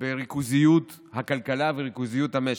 בריכוזיות הכלכלה וריכוזיות המשק,